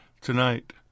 tonight